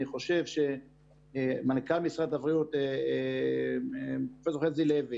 אני חושב שמנכ"ל משרד הבריאות, פרופ' חזי לוי